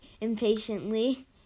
impatiently